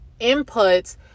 inputs